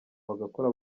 bagakora